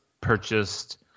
purchased